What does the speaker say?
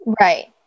Right